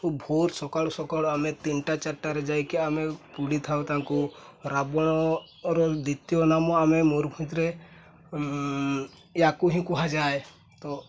ଭୋର ସକାଳୁ ସକାଳୁ ଆମେ ତିନିଟା ଚାରିଟାରେ ଯାଇକି ଆମେ ପୋଡ଼ିଥାଉ ତାଙ୍କୁ ରାବଣର ଦ୍ୱିତୀୟ ନାମ ଆମେ ମୟୂରଭଞ୍ଜ ଭିତରେ ୟାକୁ ହିଁ କୁହାଯାଏ ତ